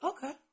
Okay